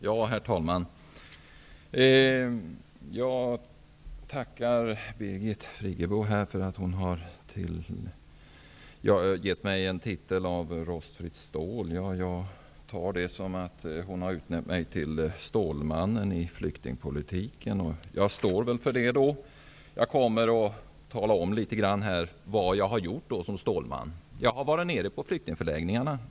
Herr talman! Jag tackar Birgit Friggebo för att hon har gett mig titeln rostfritt stål. Jag uppfattar det så, att hon har utnämnt mig till stålmannen i flyktingpolitiken. Jag står väl för det. Jag kommer att tala litet grand om vad jag har gjort som stålman. Jag har varit på flyktingförläggningar.